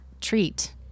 treat